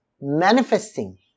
manifesting